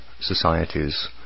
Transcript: societies